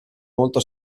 molto